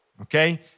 okay